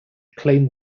claimed